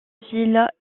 ville